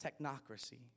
technocracy